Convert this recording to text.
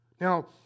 Now